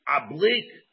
oblique